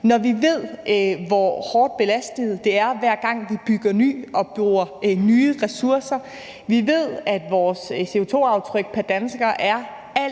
når vi ved, hvor hårdt belastende det er, hver gang vi bygger nyt og bruger nye ressourcer. Vi ved, at vores CO2-aftryk pr. dansker er alt,